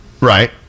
right